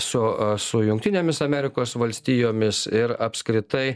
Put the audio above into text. su su jungtinėmis amerikos valstijomis ir apskritai